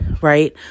right